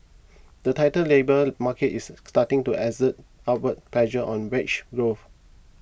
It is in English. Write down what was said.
the tighter labour market is starting to exert upward pressure on wage growth